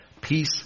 Peace